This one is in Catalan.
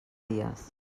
dies